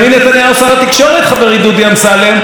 לא נגע לבנימין נתניהו ראש הממשלה.